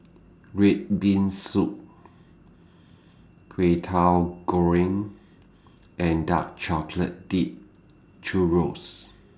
Red Bean Soup Kwetiau Goreng and Dark Chocolate Dipped Churro's